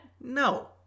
No